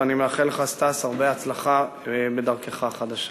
ואני מאחל לך, סטס, הרבה הצלחה בדרכך החדשה.